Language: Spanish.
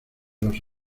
los